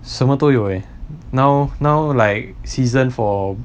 什么都有 eh now now like season for